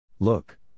Look